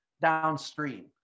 downstream